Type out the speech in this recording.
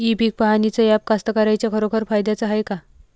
इ पीक पहानीचं ॲप कास्तकाराइच्या खरोखर फायद्याचं हाये का?